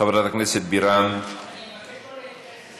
חברת הכנסת בירן, אני מבקש לא להתייחס לזה